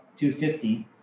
250